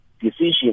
decision